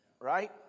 Right